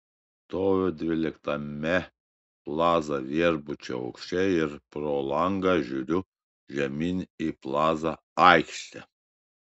stoviu dvyliktame plaza viešbučio aukšte ir pro langą žiūriu žemyn į plaza aikštę